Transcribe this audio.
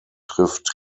trifft